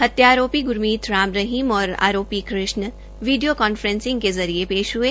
हत्या आरोपी ग्रमीत राम रहीम और आरोपी कृष्ण वीडियो कॉन्फ्रेंसिंग के जरिये पेश हुए